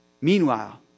Meanwhile